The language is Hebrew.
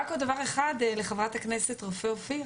רק עוד דבר אחד לחברת הכנסת רופא אופיר.